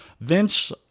Vince